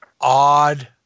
odd